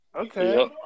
Okay